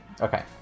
Okay